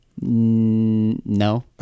no